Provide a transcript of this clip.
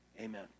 Amen